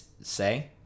say